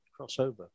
crossover